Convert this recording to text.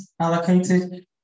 Allocated